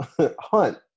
hunt